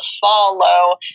follow